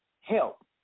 help